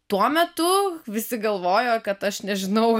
tuo metu visi galvojo kad aš nežinau